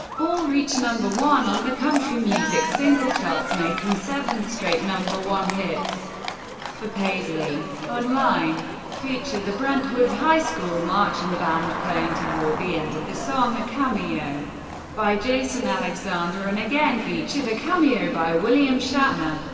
all reached number one on the country music single charts, making seven straight number one hits for paisley. online featured the brentwood high school marching band playing toward the end of the song, a cameo by jason alexander, and again featured a cameo by william shatner.